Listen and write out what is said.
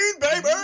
baby